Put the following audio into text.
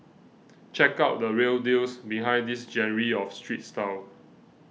check out the real deals behind this genre of street style